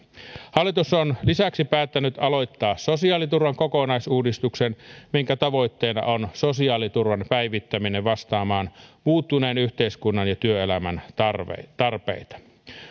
hallitus on lisäksi päättänyt aloittaa sosiaaliturvan kokonaisuudistuksen jonka tavoitteena on sosiaaliturvan päivittäminen vastaamaan muuttuneen yhteiskunnan ja työelämän tarpeita